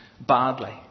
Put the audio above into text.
badly